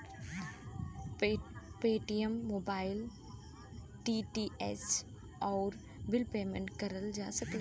Paytm mobile, DTH, आउर bill payment करल जा सकला